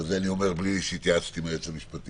ואת זה אני אומר בלי שהתייעצתי עם היועץ המשפטי.